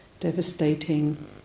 devastating